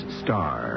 star